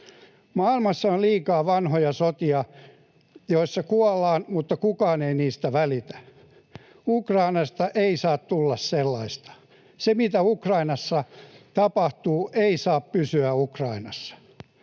Maailmassa on liikaa vanhoja sotia, joissa kuollaan mutta joista kukaan ei välitä. Ukrainasta ei saa tulla sellaista. Se, mitä Ukrainassa tapahtuu, ei saa pysyä Ukrainassa.